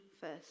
first